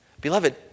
Beloved